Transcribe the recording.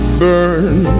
burn